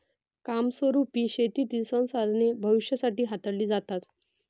कायमस्वरुपी शेतीतील संसाधने भविष्यासाठी हाताळली जातात